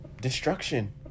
destruction